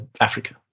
Africa